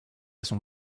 son